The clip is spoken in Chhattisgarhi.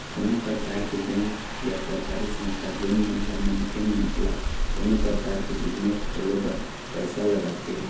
कोनो परकार के बेंक या सरकारी संस्था जेन मन ह मनखे मन ल कोनो परकार के बिजनेस खोले बर पइसा लगाथे